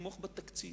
לתמוך בתקציב,